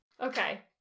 Okay